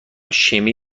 شیمی